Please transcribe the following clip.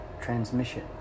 transmission